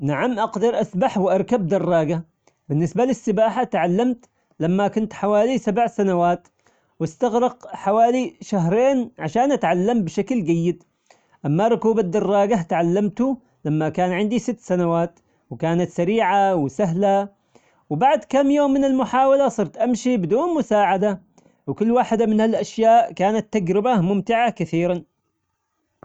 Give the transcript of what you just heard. نعم أقدر أسبح وأركب دراجة، بالنسبة للسباحة تعلمت لما كنت حوالي سبع سنوات، واستغرق حوالي شهرين عشان أتعلم بشكل جيد، أما ركوب الدراجة تعلمته لما كان عندي ست سنوات، وكانت سريعة وسهلة وبعد كام يوم من المحاولة صرت أمشي بدون مساعدة، وكل واحدة من هالأشياء كانت تجربة ممتعة كثيرا.